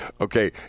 Okay